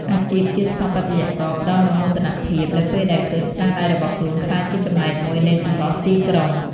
អាជីពជាស្ថាបត្យករផ្តល់នូវមោទនភាព នៅពេលដែលឃើញស្នាដៃរបស់ខ្លួនក្លាយជាចំណែកមួយនៃសម្រស់ទីក្រុង។